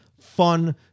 fun